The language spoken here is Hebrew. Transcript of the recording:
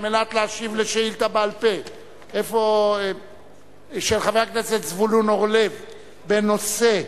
על מנת להשיב לשאילתא בעל-פה של חבר הכנסת זבולון אורלב בנושא: